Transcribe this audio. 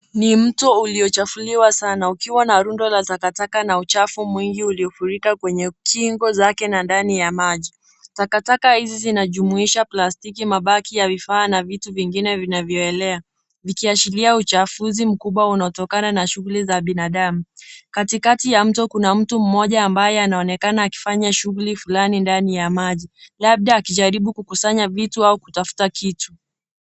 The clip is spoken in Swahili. Ni mto uliochafuliwa sana ukiwa na rundo la takataka na uchafu mwingi uliofurika kwenye kingo zake na ndani ya maji. Taka taka hizi zinajumuisha plastiki, mabaki ya vifaa na vitu vingine vinavyoelea vikiashiria uchafuzi mkubwa unatokana na shughuli za binadamu. Katikati ya mto kuna mtu mmoja ambaye anaonekana akifanya shughuli fulani ndani ya maji labda akijaribu kukusanya vitu au kutafuta kitu.